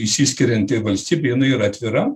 išsiskirianti valstybė yra atvira